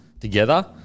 together